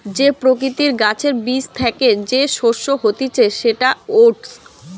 যে প্রকৃতির গাছের বীজ থ্যাকে যে শস্য হতিছে সেটা ওটস